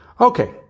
Okay